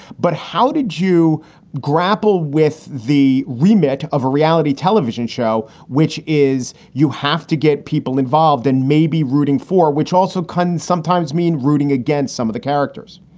but how did you grapple with the remit of a reality television show, which is you have to get people involved and maybe rooting for, which also can sometimes mean rooting against some of the characters?